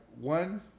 one